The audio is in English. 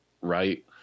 Right